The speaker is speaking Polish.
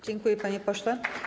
Dziękuję, panie pośle.